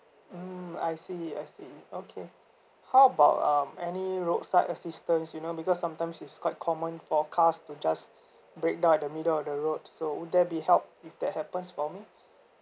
mm I see I see okay how about um any roadside assistance you know because sometimes is quite common for cars to just break down at the middle of the road so would there be help if that happens for me